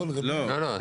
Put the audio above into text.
לא, לא.